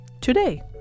today